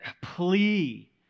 plea